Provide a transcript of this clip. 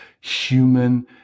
human